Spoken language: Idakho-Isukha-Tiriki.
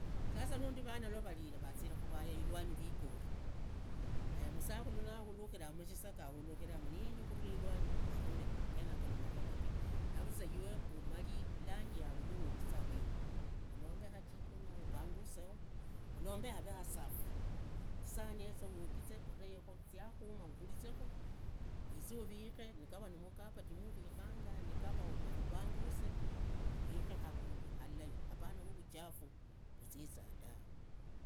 Sasa nundi vana nulwavavire vaziree khuvaga irwanyi rikharee, musaza neenyahahukhile mushisaka ahulukhilemu, nigenyi khurula irwanyi arule geriako nimakhara ge. Navuza iwee umari lanji yavo huwogiza vindu ulombe hajikoni yaho ubangusee, ulombe havee hasafi, zisaani yezo uwogize ziree safi, ziakhumaa urulizekhu uzee uvikhe makavati niva nimuurikhanga, ama ubunguse uvikhe havundu halai, apana havuchafu vuziza tawe.